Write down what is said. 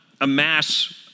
amass